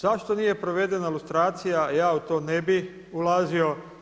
Zašto nije provedena lustracija ja u to ne bih ulazio.